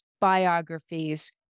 biographies